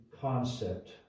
concept